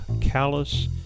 callous